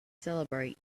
celebrate